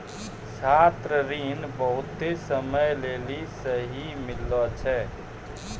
छात्र ऋण बहुते समय लेली सेहो मिलै छै